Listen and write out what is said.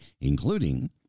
including